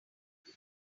they